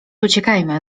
uciekajmy